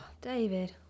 David